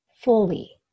fully